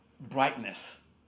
brightness